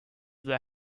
that